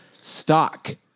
stock